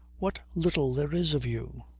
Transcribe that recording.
what little there is of you.